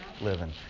living